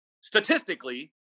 Statistically